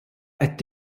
qed